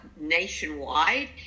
nationwide